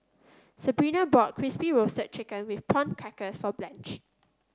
Sebrina bought Crispy Roasted Chicken with Prawn Crackers for Blanch